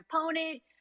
opponent